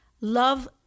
love